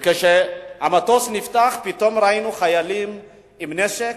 וכשהמטוס נפתח, פתאום ראינו חיילים עם נשק,